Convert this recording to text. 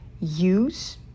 use